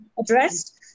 addressed